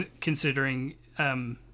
Considering